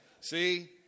see